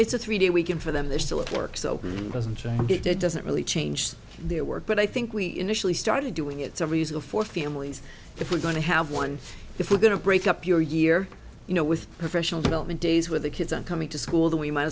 it's a three day weekend for them they're still at work so opening doesn't get to doesn't really change their work but i think we initially started doing it's a reason for families if we're going to have one if we're going to break up your year you know with professional development days where the kids are coming to school that we might